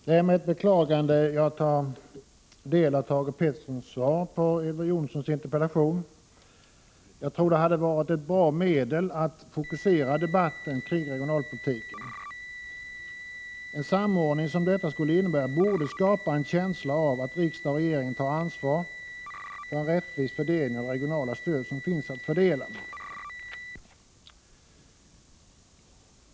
Herr talman! Det är med beklagande som jag tar del av Thage Petersons svar på Elver Jonssons interpellation. Jag tror att en regionalpolitisk kommission hade varit ett bra medel att fokusera debatten kring regionalpolitiken. Den samordning som detta skulle innebära borde skapa en känsla av att riksdagen och regeringen tar ansvar för en rättvis fördelning av det regionala stöd som finns att fördela.